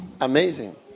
Amazing